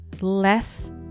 less